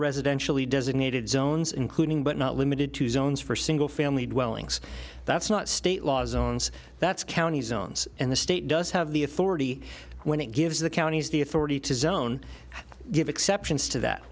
residentially designated zones including but not limited to zones for single family dwellings that's not state law zones that's county zones and the state does have the authority when it gives the counties the authority to zone give exceptions to that